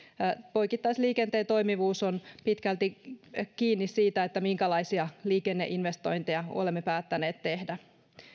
poikittaisliikenteen toimivuus on pitkälti kiinni siitä minkälaisia liikenneinvestointeja olemme päättäneet tehdä